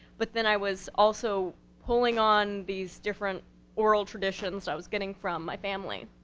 but then i was also pulling on these different oral traditions i was getting from my family.